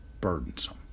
burdensome